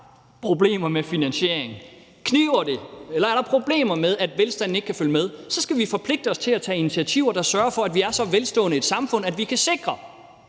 problemer med finansiering, kniber det, eller er der problemer med, at velstanden ikke kan følge med, skal vi forpligte os til at tage initiativer, der sørger for, at vi er så velstående et samfund, at vi kan sikre,